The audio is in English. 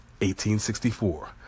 1864